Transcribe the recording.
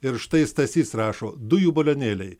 ir štai stasys rašo dujų balionėliai